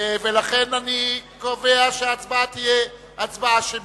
לכן אני קובע שההצבעה תהיה הצבעה אישית.